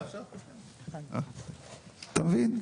אתה מבין?